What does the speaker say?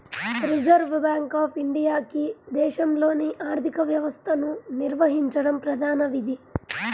reserve Bank of ఇండియాకి దేశంలోని ఆర్థిక వ్యవస్థను నిర్వహించడం ప్రధాన విధి